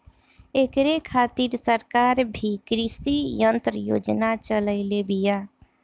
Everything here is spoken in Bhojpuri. ऐकरे खातिर सरकार भी कृषी यंत्र योजना चलइले बिया